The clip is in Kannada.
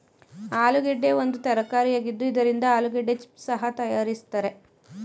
ಆಲೂಗೆಡ್ಡೆ ಒಂದು ತರಕಾರಿಯಾಗಿದ್ದು ಇದರಿಂದ ಆಲೂಗೆಡ್ಡೆ ಚಿಪ್ಸ್ ಸಹ ತರಯಾರಿಸ್ತರೆ